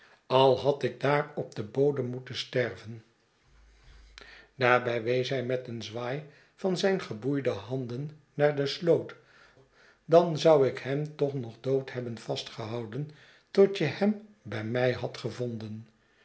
van zijne geboeide handen naar de sloot dan zou ik hem toch nog dood hebben vastgehouden tot je hem bij mij hadt gevonden